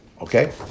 Okay